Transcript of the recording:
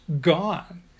gone